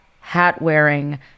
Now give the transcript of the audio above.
hat-wearing